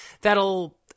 that'll